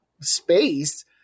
space